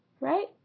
right